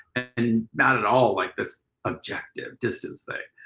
and not at all like this objective distance thing.